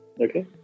Okay